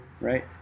right